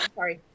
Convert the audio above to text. sorry